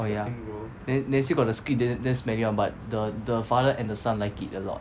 oh ya then then still got the squid da~ da~ damn smelly [one] but the the father and the son like it a lot